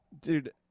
dude